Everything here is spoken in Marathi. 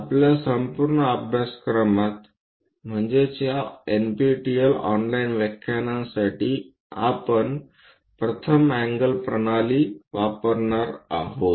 आपल्या संपूर्ण अभ्यासक्रमात या एनपीटीईएल ऑनलाइन व्याख्यानांसाठी आपण प्रथम अँगल प्रणाली वापरणार आहोत